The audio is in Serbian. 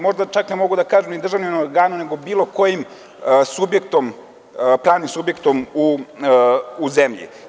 Možda, čak ne mogu da kažem ni državnim organom, nego bilo kojim pravnim subjektom u zemlji.